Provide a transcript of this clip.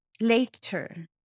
later